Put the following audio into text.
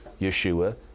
Yeshua